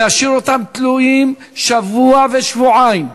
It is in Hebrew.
להשאיר אותם תלויים שבוע ושבועיים,